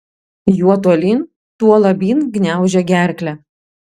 juo tolyn tuo labyn gniaužia gerklę